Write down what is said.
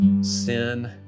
sin